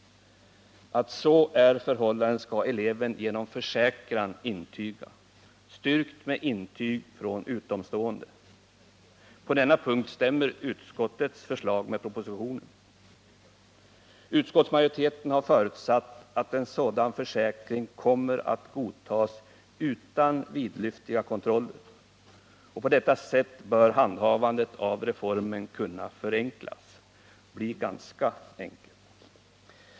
Att så är förhållandet skall eleven genom försäkran intyga, styrkt med intyg från utomstående. På denna punkt stämmer utskottets förslag med propositionens. Utskottsmajoriteten har förutsatt att en sådan försäkran kommer att godtas utan vidlyftiga kontroller. På detta sätt bör handhavandet av reformen kunna förenklas.